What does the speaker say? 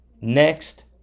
next